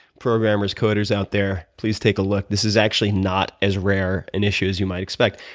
programmers coders, out there, please take a look. this is actually not as rare an issue as you might expect.